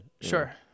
Sure